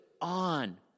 on